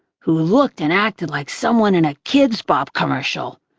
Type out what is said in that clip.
who looked and acted like someone in a kidzbop commercial.